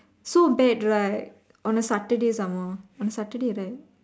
so bad right on a Saturday some more on Saturday right